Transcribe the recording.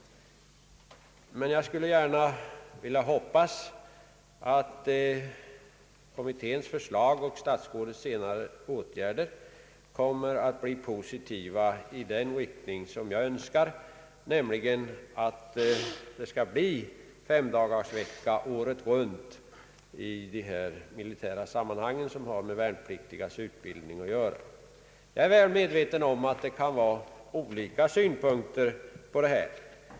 Men jag skulle gärna vilja hoppas att kommitténs förslag och statsrådets senare åtgärder blir positiva i den riktning som jag önskar, nämligen att det skall bli femdagarsvecka året runt i de militära sammanhang som har med de värnpliktigas utbildning att göra. Jag är medveten om att man kan ha olika synpunkter på denna fråga.